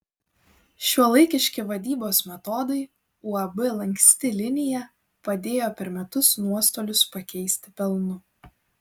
šiuolaikiški vadybos metodai uab lanksti linija padėjo per metus nuostolius pakeisti pelnu